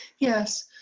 Yes